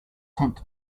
tent